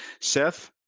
Seth